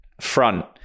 front